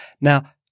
Now